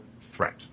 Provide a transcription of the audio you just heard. threat